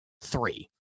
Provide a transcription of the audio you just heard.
three